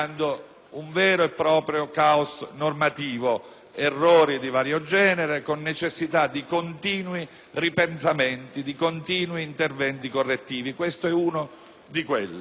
un vero e proprio caos normativo, con errori di vario genere e necessità di continui ripensamenti e interventi correttivi; e questo è uno di quelli.